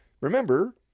Remember